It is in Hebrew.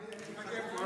אני מחכה פה.